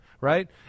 Right